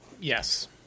Yes